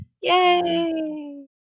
Yay